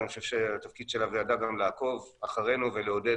ואני חושב שהתפקיד של הוועדה גם לעקוב אחרינו ולעודד